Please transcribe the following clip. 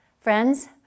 Friends